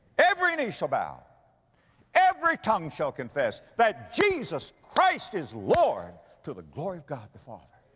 every knee shall bow every tongue shall confess that jesus christ is lord to the glory of god the father.